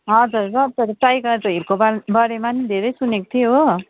हजुर र त टाइगर हिलको बार बारेमा नि धेरै सुनेको थिएँ हो